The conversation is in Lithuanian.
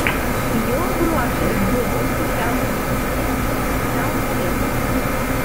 jo bruožai buvo pusiau europiečio pusiau kino